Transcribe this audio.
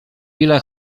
ile